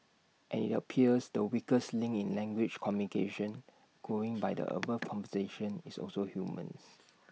and IT appears the weakest link in language communication going by the above conversation is also humans